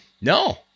No